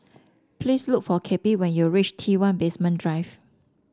please look for Cappie when you reach T one Basement Drive